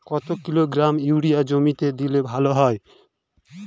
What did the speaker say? কত kilogram urea জমিতে দিলে ভালো হয়?